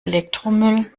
elektromüll